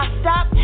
stop